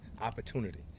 opportunity